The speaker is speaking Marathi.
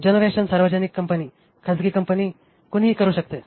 जनरेशन सार्वजनिक कंपनी खासगी कंपनी कुणीही करु शकते